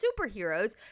superheroes